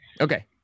okay